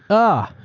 oh,